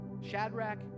Shadrach